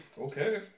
Okay